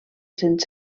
sent